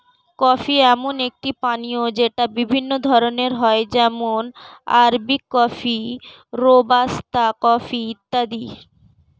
coffee এমন একটি পানীয় যেটা বিভিন্ন ধরণের হয় যেমন আরবিক কফি, রোবাস্তা কফি ইত্যাদি